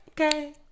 Okay